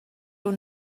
your